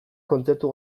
kontzertu